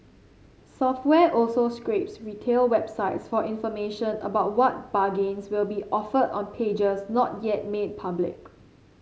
software also scrapes retail websites for information about what bargains will be offered on pages not yet made public